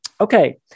Okay